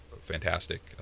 fantastic